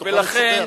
תוכלו לספר.